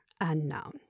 unknown